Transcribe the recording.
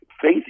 Faith